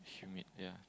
humid yeah